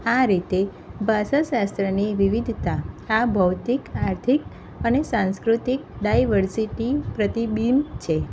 આ રીતે ભાષા શાસ્ત્રની વિવિધતા આ ભૌતિક આર્થિક અને સાંસ્કૃતિક ડાયવર્સિટી પ્રતિબિંબ છે